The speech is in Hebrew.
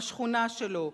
השכונה שלו,